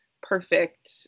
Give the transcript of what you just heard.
perfect